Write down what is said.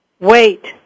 Wait